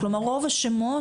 כלומר רוב השמות,